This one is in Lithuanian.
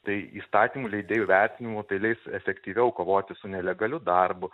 tai įstatymų leidėjų vertinimu tai leis efektyviau kovoti su nelegaliu darbu